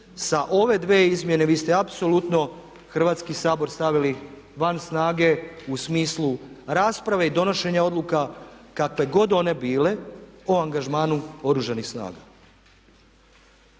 Sa ove dve izmjene vi ste apsolutno Hrvatski sabor stavili van snage u smislu rasprave i donošenja odluka kakve god one bile o angažmanu Oružanih snaga.